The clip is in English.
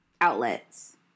outlets